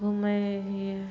घुमै रहियै